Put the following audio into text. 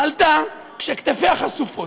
עלתה כשכתפיה חשופות.